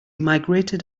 migrated